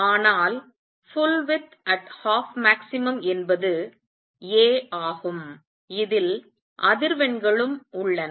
ஆனால் அகலத்தில் முழு அகலத்தில் அரை அதிகபட்சம் full width at half maximum என்பது A ஆகும் இதில் அதிர்வெண்களும் உள்ளன